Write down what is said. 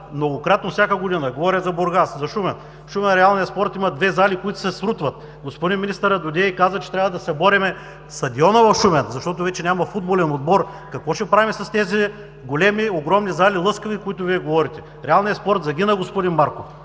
многократно. Говоря за Бургас, за Шумен. В Шумен реалният спорт има две зали, които се срутват. Господин министърът дойде и каза, че трябва да съборим стадиона в Шумен, защото вече няма футболен отбор. Какво ще правим с тези големи, огромни лъскави сгради, за които Вие говорите?! Реалният спорт загина, господин Марков,